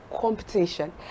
competition